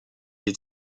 est